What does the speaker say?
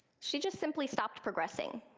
she just simply stopped progressing.